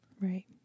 Right